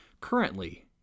currently